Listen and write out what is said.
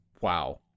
Wow